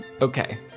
Okay